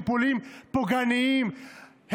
טיפולים פוגעניים,